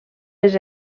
les